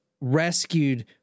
rescued